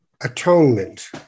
Atonement